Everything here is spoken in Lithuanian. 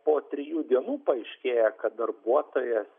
po trijų dienų paaiškėja kad darbuotojas